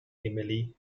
emily